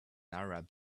arab